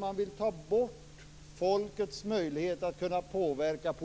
Man vill alltså ta bort folkets och